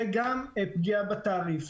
וגם פגיעה בתעריף.